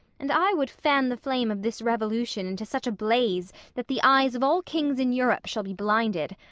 and i would fan the flame of this revolution into such a blaze that the eyes of all kings in europe shall be blinded.